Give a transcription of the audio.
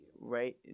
Right